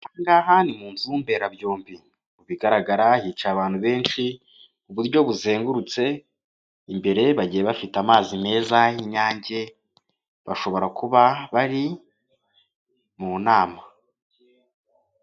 Aha ngaha ni mu nzu mberabyombi, ibigaragara hicaye abantu benshi ku buryo buzengurutse, imbere bagiye bafite amazi meza y'Inyange, bashobora kuba bari mu nama.